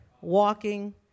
walking